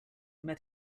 met